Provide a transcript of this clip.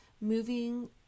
moving